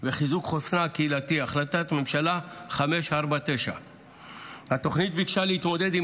ולחיזוק חוסנה הקהילתי החלטת ממשלה 549. התוכנית ביקשה להתמודד עם